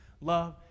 love